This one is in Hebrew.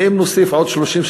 ואם נוסיף עוד 30,